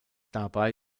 dabei